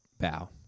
bow